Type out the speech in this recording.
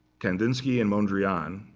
kandinsky and mondrian,